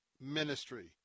ministry